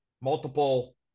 multiple